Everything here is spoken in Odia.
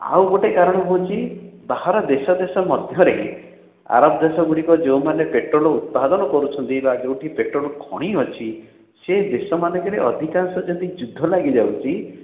ଆଉଗୋଟେ କାରଣ ହେଉଛି ବାହାର ଦେଶ ଦେଶ ମଧ୍ୟରେ ଆରବ ଦେଶ ଗୁଡ଼ିକ ଯେଉଁମାନେ ପେଟ୍ରୋଲ୍ ଉତ୍ପାଦନ କରୁଛନ୍ତି ବା ଯେଉଁଠି ପେଟ୍ରୋଲ୍ ଖଣି ଅଛି ସେ ଦେଶ ମାନଙ୍କରେ ଅଧିକାଂଶ ଯଦି ଯୁଦ୍ଧ ଲାଗି ଯାଉଛି